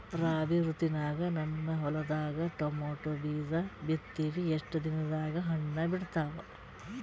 ರಾಬಿ ಋತುನಾಗ ನನ್ನ ಹೊಲದಾಗ ಟೊಮೇಟೊ ಬೀಜ ಬಿತ್ತಿವಿ, ಎಷ್ಟು ದಿನದಾಗ ಹಣ್ಣ ಬಿಡ್ತಾವ?